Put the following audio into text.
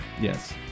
Yes